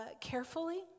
carefully